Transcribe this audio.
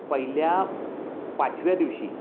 पहिल्या पाचव्या दिवशी